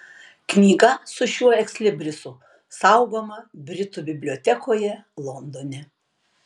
knyga su šiuo ekslibrisu saugoma britų bibliotekoje londone